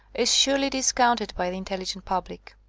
is surely discounted by the intelligent public.